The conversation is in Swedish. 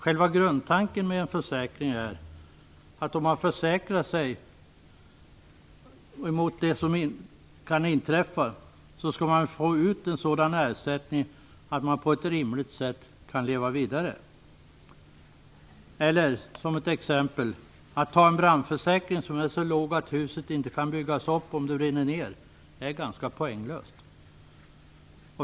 Själva grundtanken med en försäkring är att när man försäkrar sig mot det som kan inträffa skall man få ut en sådan ersättning att man på ett rimligt sätt kan leva vidare. Att exempelvis ta en brandförsäkring som är så låg att huset inte kan byggas upp om det brinner ner är ganska poänglöst.